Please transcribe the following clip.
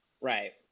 Right